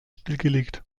stillgelegt